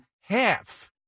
half